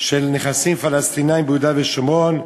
של פלסטינים ביהודה ושומרון,